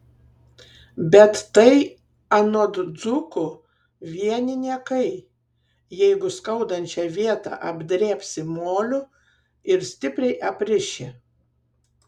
bet tai anot dzūkų vieni niekai jeigu skaudančią vietą apdrėbsi moliu ir stipriai apriši